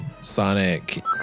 Sonic